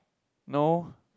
no